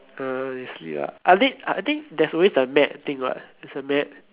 uh you see ah I th~ I think there is always the mat thing [what] there is a mat